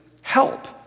help